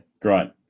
great